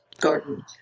garden